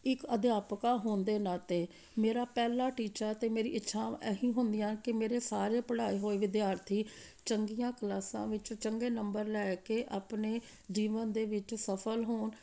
ਇੱਕ ਅਧਿਆਪਕਾ ਹੋਣ ਦੇ ਨਾਤੇ ਮੇਰਾ ਪਹਿਲਾ ਟੀਚਾ ਅਤੇ ਮੇਰੀ ਇੱਛਾ ਇਹੀ ਹੁੰਦੀਆਂ ਕਿ ਮੇਰੇ ਸਾਰੇ ਪੜ੍ਹਾਏ ਹੋਏ ਵਿਦਿਆਰਥੀ ਚੰਗੀਆਂ ਕਲਾਸਾਂ ਵਿੱਚ ਚੰਗੇ ਨੰਬਰ ਲੈ ਕੇ ਆਪਣੇ ਜੀਵਨ ਦੇ ਵਿੱਚ ਸਫਲ ਹੋਣ